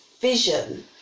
vision